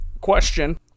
question